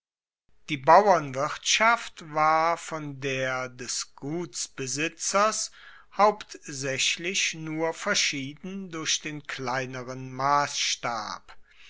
die bauernwirtschaft war von der des gutsbesitzers hauptsaechlich nur verschieden durch den kleineren massstab